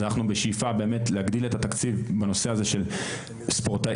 אנחנו בשאיפה להגדיל את התקציב בנושא הזה של ספורטאים